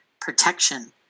protection